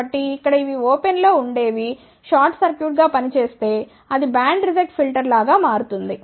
కాబట్టి ఇక్కడ ఇవి ఓపెన్ లో ఉండేవి షార్ట్ సర్క్యూట్గా పని చేస్తే అది బ్యాండ్ రిజెక్ట్ ఫిల్టర్ లాగా మారుతుంది